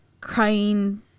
crying